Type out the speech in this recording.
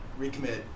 Recommit